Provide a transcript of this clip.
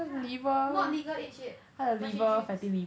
yeah not legal age yet but she drinks